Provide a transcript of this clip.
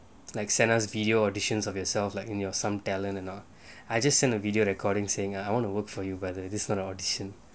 like send us video auditions of yourself like in your some talent you know I just send a video recording saying I want to work for you but this is not an audition